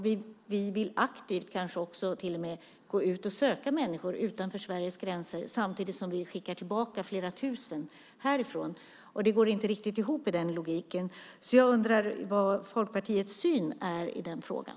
Vi vill kanske till och med aktivt gå ut och söka människor utanför Sveriges gränser, samtidigt som vi skickar tillbaka flera tusen härifrån. Den logiken går inte riktigt ihop. Jag undrar vad Folkpartiets syn är i den frågan.